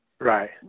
Right